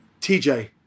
TJ